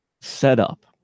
setup